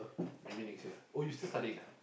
maybe next year ah oh you still studying ah